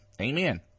Amen